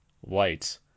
White